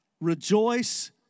rejoice